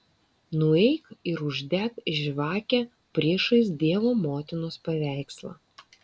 nueik ir uždek žvakę priešais dievo motinos paveikslą